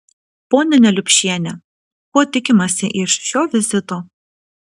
ponia neliupšiene ko tikimasi iš šio vizito